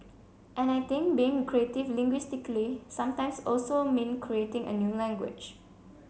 and I think being creative linguistically sometimes also mean creating a new language